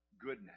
goodness